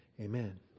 Amen